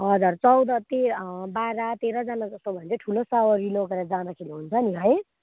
हजुर चौध ते बाह्र तेह्रजना जस्तो भयो भने चाहिँ ठुलो सवारी लोगेर जाँदाखेरि हुन्छ नि है